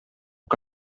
que